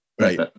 Right